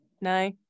No